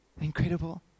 Incredible